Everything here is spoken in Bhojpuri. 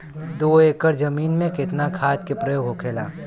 दो एकड़ जमीन में कितना खाद के प्रयोग होखेला?